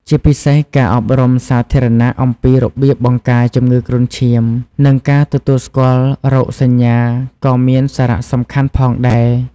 ជាពិសេសការអប់រំសាធារណៈអំពីរបៀបបង្ការជំងឺគ្រុនឈាម និងការទទួលស្គាល់រោគសញ្ញាក៏មានសារៈសំខាន់ផងដែរ។